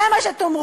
זה מה שתאמרו.